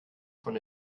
von